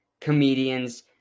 comedians